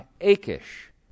Achish